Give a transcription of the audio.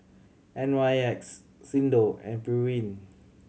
N Y X Xndo and Pureen